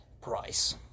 Price